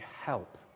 help